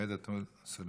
עאידה תומא סלימאן,